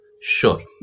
Sure